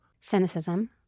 Cynicism